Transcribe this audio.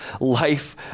life